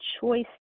choice